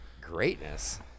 greatness